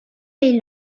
les